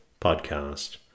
podcast